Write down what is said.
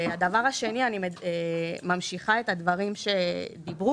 הדבר השני, אני ממשיכה את הדברים שאמרו,